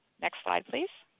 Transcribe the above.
next slide please.